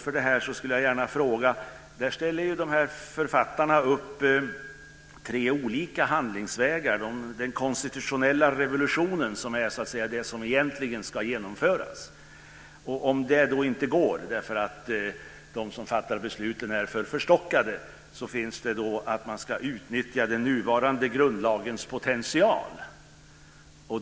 Författarna ställer upp tre olika handlingsvägar. Den konstitutionella revolutionen är det som egentligen ska genomföras. Om det inte går, därför att de som fattar besluten är för förstockade, finns det ett alternativ som innebär att man ska utnyttja den nuvarande grundlagens potential.